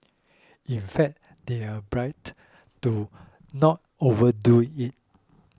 in fact they were bribed to not overdo it